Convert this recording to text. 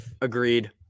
Agreed